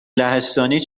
لهستانی